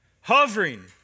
hovering